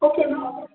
okay ma'am okay